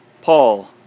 Paul